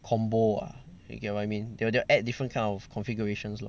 combo ah you get what I mean they'll they'll add different kind of configurations lor